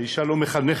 האישה לא מחנכת.